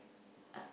uh